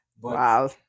Wow